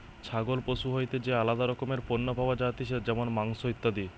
ছাগল পশু হইতে যে আলাদা রকমের পণ্য পাওয়া যাতিছে যেমন মাংস, ইত্যাদি